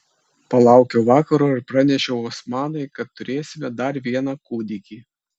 palaukiau vakaro ir pranešiau osamai kad turėsime dar vieną kūdikį